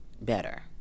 better